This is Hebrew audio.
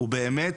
הוא באמת